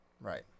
Right